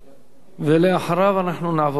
ואחריו נעבור להצבעה.